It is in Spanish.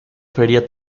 feria